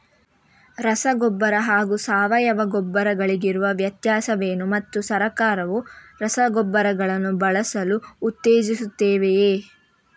ರಸಗೊಬ್ಬರ ಹಾಗೂ ಸಾವಯವ ಗೊಬ್ಬರ ಗಳಿಗಿರುವ ವ್ಯತ್ಯಾಸವೇನು ಮತ್ತು ಸರ್ಕಾರವು ರಸಗೊಬ್ಬರಗಳನ್ನು ಬಳಸಲು ಉತ್ತೇಜಿಸುತ್ತೆವೆಯೇ?